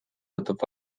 võtab